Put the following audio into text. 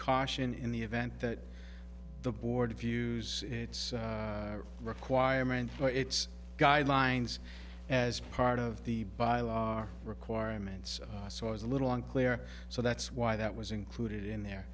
caution in the event that the board views its requirement for its guidelines as part of the bylaws are requirements so i was a little unclear so that's why that was included in there